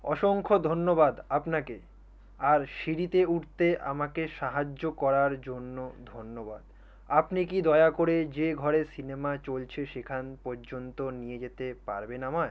অসংখ্য ধন্যবাদ আপনাকে আর সিঁড়িতে উঠতে আমাকে সাহায্য করার জন্য ধন্যবাদ আপনি কি দয়া করে যে ঘরে সিনেমা চলছে সেখান পর্যন্ত নিয়ে যেতে পারবেন আমায়